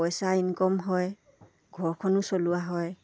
পইচা ইনকম হয় ঘৰখনো চলোৱা হয়